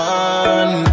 one